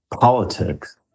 politics